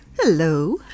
Hello